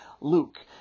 Luke